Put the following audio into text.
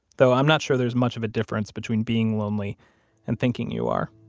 though i'm not sure there's much of a difference between being lonely and thinking you are.